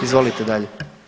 Izvolite dalje.